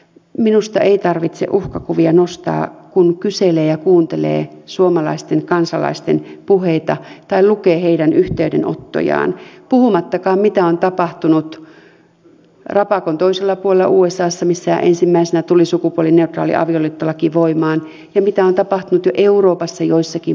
minusta ei tarvitse uhkakuvia nostaa kun kyselee ja kuuntelee suomalaisten kansalaisten puheita tai lukee heidän yhteydenottojaan puhumattakaan mitä on tapahtunut rapakon toisella puolella usassa missä ensimmäisenä tuli sukupuolineutraali avioliittolaki voimaan ja mitä on tapahtunut jo euroopassa joissakin maissa